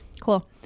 cool